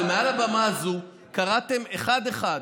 אבל מעל הבמה הזאת קראתם אחד-אחד,